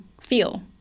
feel